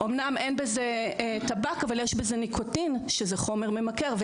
אמנם אין בזה טבק אבל יש בזה ניקוטין שזה חומר ממכר.